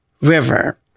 River